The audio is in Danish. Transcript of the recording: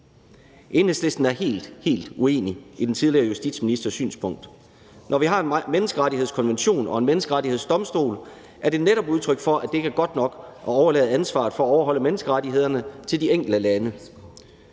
Enhedslisten er helt, helt uenig i den tidligere justitsministers synspunkt. Når vi har en menneskerettighedskonvention og en menneskerettighedsdomstol, er det netop udtryk for, at det ikke er godt nok at overlade ansvaret for at overholde menneskerettighederne til de enkelte lande.